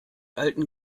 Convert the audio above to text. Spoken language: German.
alten